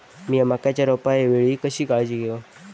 मीया मक्याच्या रोपाच्या वेळी कशी काळजी घेव?